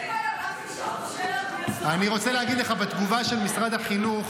אין בעיה --- אני רוצה להגיד לך שבתגובה של משרד החינוך,